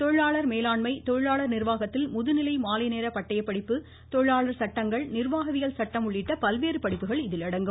தொழிலாளர் மேலாண்மை தொழிலாளர் நிர்வாகத்தில் முதுநிலை மாலை நேர பட்டயப்படிப்பு தொழிலாளர் சட்டங்கள் நிர்வாகவியல் சட்டம் உள்ளிட்ட பல்வேறு படிப்புகள் இதில் அடங்கும்